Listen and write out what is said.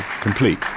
complete